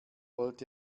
wollt